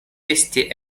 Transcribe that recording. esti